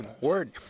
word